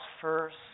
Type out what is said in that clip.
first